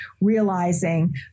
realizing